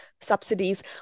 subsidies